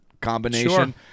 combination